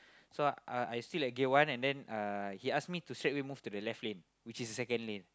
so uh I still at gear one and then uh he ask me to straightaway move to the left lane which is the second lane